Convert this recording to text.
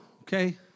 okay